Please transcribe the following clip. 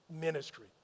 ministry